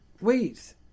wait